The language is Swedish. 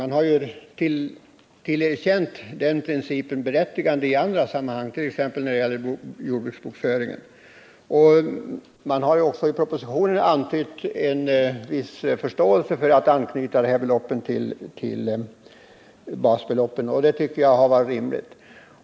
Den principen har ju tillerkänts berättigande i andra sammanhang, t.ex. när det gäller jordbruksbokföringen. I propositionen har man antytt en viss förståelse för tanken att anknyta dessa belopp till basbeloppen, och det tycker jag är rimligt.